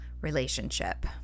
relationship